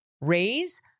raise